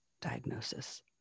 diagnosis